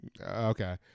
Okay